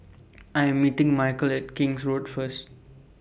I Am meeting Michel At King's Road First